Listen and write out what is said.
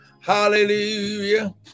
Hallelujah